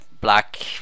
black